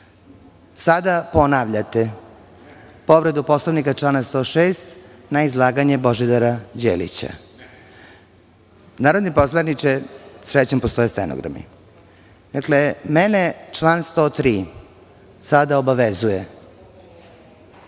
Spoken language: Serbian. Ne.)Sada ponavljate povredu poslovnika član 106. na izlaganje Božidara Đelića. Narodni poslaniče, srećom postoje stenogrami. Dakle, mene član 103. sada obavezuje